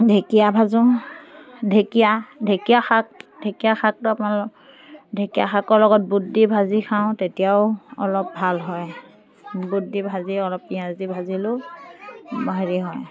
ঢেকীয়া ভাজোঁ ঢেকীয়া ঢেকীয়া শাক ঢেকীয়া শাকটো আপোনাৰ ঢেকীয়া শাকৰ লগত বুট দি ভাজি খাওঁ তেতিয়াও অলপ ভাল হয় বুট দি ভাজি অলপ পিঁয়াজ দি ভাজিলোঁ হেৰি হয়